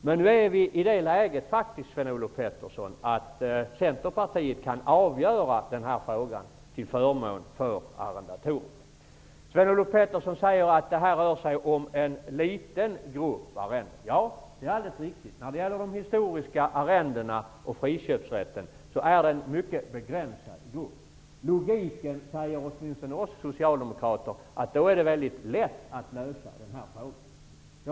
Men nu är läget det att Centerpartiet kan avgöra frågan, till förmån för arrendatorerna. Sven-Olof Petersson säger att det rör sig om en liten grupp arrenden. Ja, det är riktigt. Friköpen av historiska arrenden gäller en mycket begränsad grupp. Logiken säger åtminstone oss socialdemokrater att det därför är mycket lätt att lösa frågan.